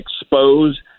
expose